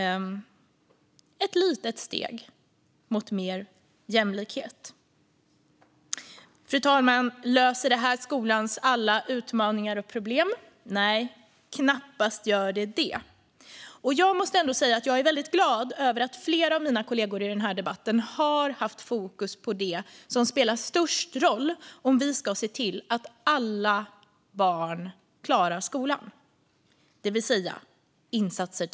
Det är ett litet steg mot mer jämlikhet. Fru talman! Löser det här skolans alla utmaningar och problem? Nej, knappast gör det det. Jag måste ändå säga att jag är väldigt glad över att flera av mina kollegor i den här debatten har haft fokus på det som spelar störst roll om vi ska se till att alla barn klarar skolan, det vill säga tidiga insatser.